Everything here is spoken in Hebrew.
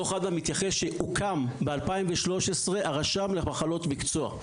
דוח אדם מתייחס שהוקם ב-2013 הרשם למחלות מקצוע.